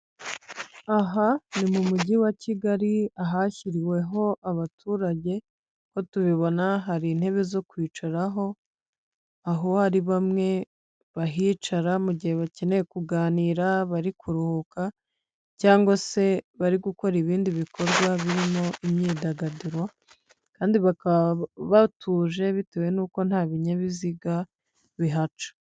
Aha ni mu mujyi wa Kigali ahashyiriweho abaturage ko tubibona hari intebe zo kwicaraho, aho hari bamwe bahicara mu gihe bakeneye kuganira, bari kuruhuka cyangwa se bari gukora ibindi bikorwa birimo imyidagaduro, kandi bakaba batuje bitewe n'uko nta binyabiziga bihaca.